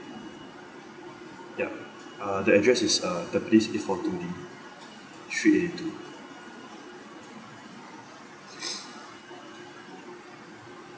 yup uh the address is uh the place eight four two B street A two